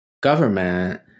government